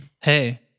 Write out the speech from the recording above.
Hey